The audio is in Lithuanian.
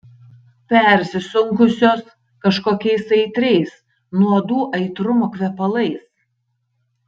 persisunkusios kažkokiais aitriais nuodų aitrumo kvepalais